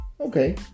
Okay